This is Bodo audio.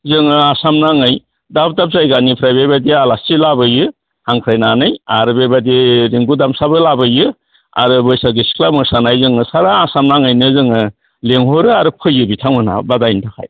जोङो आसाम नाङै दाब दाब जायगानिफ्राय बेबायदि आलासि लाबोयो हांख्रायनानै आरो बेबायदियै रिंगु दामसाबो लाबोयो आरो बैसागि सिख्ला मोसानाय जों सारा आसाम नाङैनो जोङो लिंहरो आरो फैयो बिथांमोनहा बादायनो थाखाय